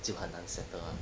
就很难 settle